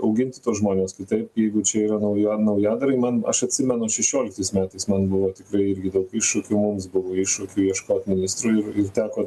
auginti tuos žmones kitaip jeigu čia yra nauja naujadarai man aš atsimenu šešioliktais metais man buvo tikrai irgi daug iššūkių mums buvo iššūkių ieškot ministrų ir ir teko